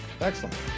Excellent